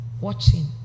watching